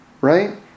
right